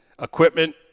Equipment